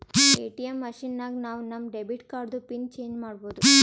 ATM machine ನಾಗ್ ನಾವ್ ನಮ್ ಡೆಬಿಟ್ ಕಾರ್ಡ್ದು ಪಿನ್ ಚೇಂಜ್ ಮಾಡ್ಬೋದು